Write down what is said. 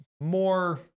more